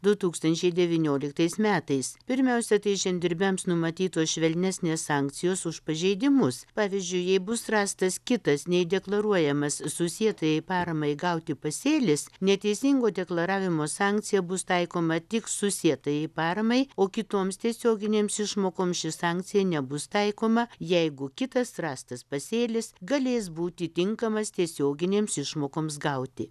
du tūkstančiai devynioliktais metais pirmiausia tai žemdirbiams numatytos švelnesnės sankcijos už pažeidimus pavyzdžiui jei bus rastas kitas nei deklaruojamas susietai paramai gauti pasėlis neteisingo deklaravimo sankcija bus taikoma tik susietajai paramai o kitoms tiesioginėms išmokoms ši sankcija nebus taikoma jeigu kitas rastas pasėlis galės būti tinkamas tiesioginėms išmokoms gauti